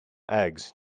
eggs